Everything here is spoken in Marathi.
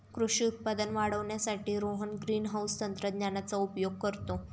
कृषी उत्पादन वाढवण्यासाठी रोहन ग्रीनहाउस तंत्रज्ञानाचा उपयोग करतो